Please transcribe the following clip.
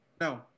No